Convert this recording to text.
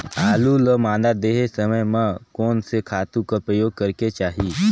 आलू ल मादा देहे समय म कोन से खातु कर प्रयोग करेके चाही?